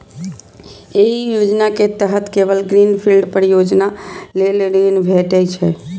एहि योजना के तहत केवल ग्रीन फील्ड परियोजना लेल ऋण भेटै छै